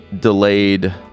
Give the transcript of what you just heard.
delayed